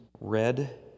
red